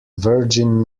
virgin